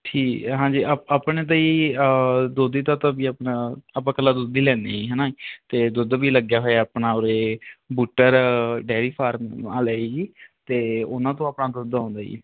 ਠੀ ਹਾਂਜੀ ਆਪ ਆਪਣੇ ਤਾਂ ਜੀ ਦੋਧੀ ਦਾ ਤਾਂ ਵੀ ਆਪਣਾ ਆਪਾਂ ਇਕੱਲਾ ਦੁੱਧ ਹੀ ਲੈਂਦੇ ਹਾਂ ਜੀ ਹੈ ਨਾ ਅਤੇ ਦੁੱਧ ਵੀ ਲੱਗਿਆ ਹੋਇਆ ਆਪਣਾ ਉਰੇ ਬੂਟਰ ਡੈਰੀ ਫਾਰਮ ਲਈ ਜੀ ਅਤੇ ਉਹਨਾਂ ਤੋਂ ਆਪਣਾ ਦੁੱਧ ਆਉਂਦਾ ਜੀ